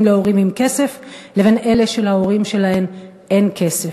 להורים עם כסף לבין אלה שלהורים שלהם אין כסף.